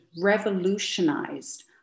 revolutionized